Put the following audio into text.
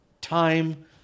time